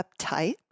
uptight